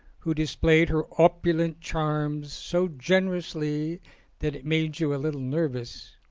who displayed her opulent charms so generously that it made you a little nervous.